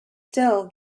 still